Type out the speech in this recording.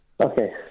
Okay